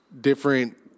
different